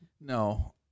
No